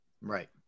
Right